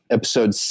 episode